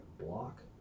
block